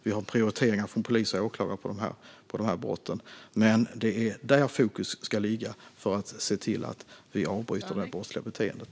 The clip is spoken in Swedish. Vi har också prioriteringar för polis och åklagare när det gäller de här brotten. Det är där fokus ska ligga för att avbryta det här brottsliga beteendet.